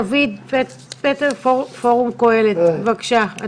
דוד פטר, פורום קהלת, בבקשה.